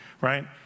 right